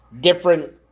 different